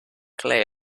clear